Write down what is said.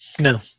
No